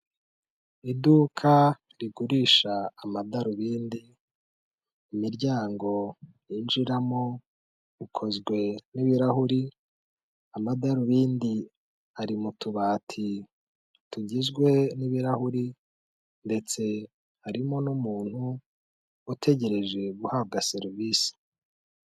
Iduka rigurisha amadarubindi imiryango yinjiramo ukozwe n'ibirahuri, amadarubindi ari mu tubati tugizwe n'ibirahuri ndetse harimo n'umuntu utegereje guhabwa serivisi.